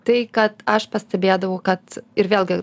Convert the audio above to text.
tai kad aš pastebėdavau kad ir vėlgi